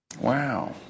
Wow